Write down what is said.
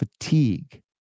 fatigue